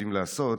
יודעים לעשות.